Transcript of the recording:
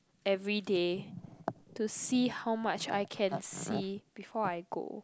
everyday to see how much I can see before I go